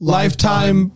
lifetime